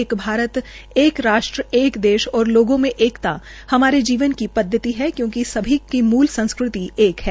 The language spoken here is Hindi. एक भारत एक राष्ट्र एक देश और लोगों में एकता हमारी जीवन पदवति है क्योंकि सभी की मूल संस्कृति एक है